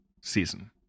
season